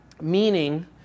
Meaning